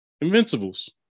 Invincibles